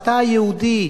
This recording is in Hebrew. אתה היהודי,